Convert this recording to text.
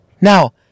Now